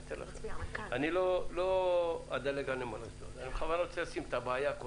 אבל אני קודם כול רוצה לשים את הבעיה.